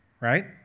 right